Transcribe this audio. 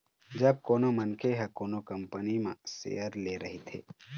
जब कोनो मनखे ह कोनो कंपनी म सेयर ले रहिथे